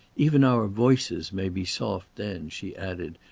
even our voices may be soft then, she added,